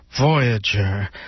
Voyager